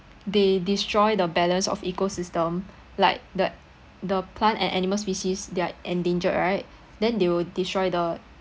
they destroy the balance of ecosystem like the the plant and animal species they're endangered right then they will destroy the